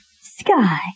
Sky